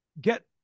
get